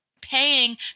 paying